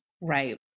Right